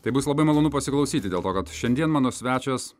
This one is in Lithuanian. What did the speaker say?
tai bus labai malonu pasiklausyti dėl to kad šiandien mano svečias